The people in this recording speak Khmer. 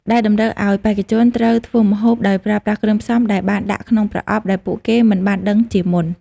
ដែលតម្រូវឲ្យបេក្ខជនត្រូវធ្វើម្ហូបដោយប្រើប្រាស់គ្រឿងផ្សំដែលបានដាក់ក្នុងប្រអប់ដែលពួកគេមិនបានដឹងជាមុន។